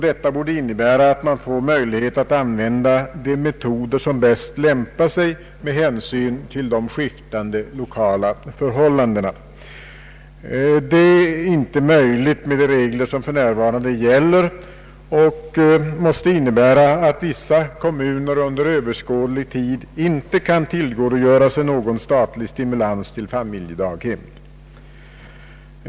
Detta borde innebära att man får möjlighet att använda de metoder som bäst lämpar sig med hänsyn till de skiftande lokala förhållandena. Det är inte möjligt med de regler som för närvarande gäller. Detta innebär att vissa kommuner under överskådlig tid inte kan tillgodogöra sig någon statlig stimulans till familjedaghem.